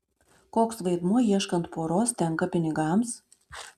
koks vaidmuo ieškant poros tenka pinigams